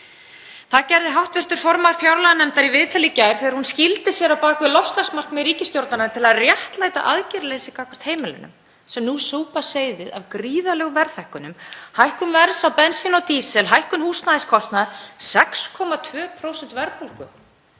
Það gerði hv. formaður fjárlaganefndar í viðtali í gær þegar hún skýldi sér á bak við loftslagsmarkmið ríkisstjórnarinnar til að réttlæta aðgerðaleysi gagnvart heimilunum sem nú súpa seyðið af gríðarlegum verðhækkunum, hækkun verðs á bensín og dísil, hækkun húsnæðiskostnaðar og 6,2% verðbólgu,